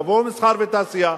יבוא מסחר ותעשייה,